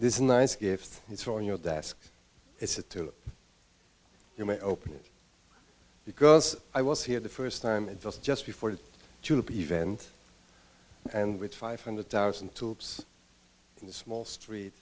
this nice gift it's on your desk it's a two you may open it because i was here the first time it just just before the event and with five hundred thousand troops in the small street